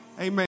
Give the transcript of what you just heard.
Amen